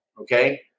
okay